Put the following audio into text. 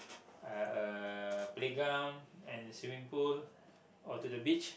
uh a playground and swimming pool or to the beach